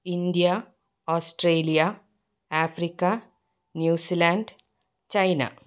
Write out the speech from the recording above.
India Australia Africa New Zealand China